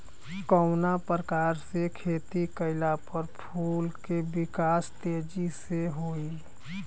कवना प्रकार से खेती कइला पर फूल के विकास तेजी से होयी?